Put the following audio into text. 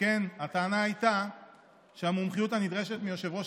שכן הטענה הייתה שהמומחיות הנדרשת מיושב-ראש